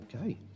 Okay